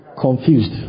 confused